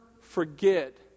forget